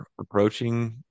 approaching